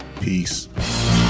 Peace